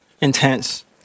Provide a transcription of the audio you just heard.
intense